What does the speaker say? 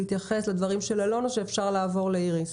להתייחס לדברים של אלון או שאפשר לעבור לאיריס?